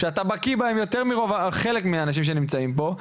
שאתה בקיא בהם יותר מרוב או חלק מהאנשים שנמצאים פה,